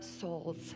souls